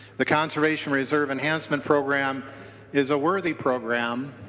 the conservation reserve enhancement program is a worthy program.